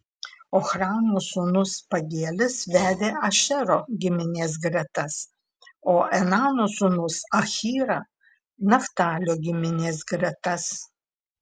ochrano sūnus pagielis vedė ašero giminės gretas o enano sūnus ahyra naftalio giminės gretas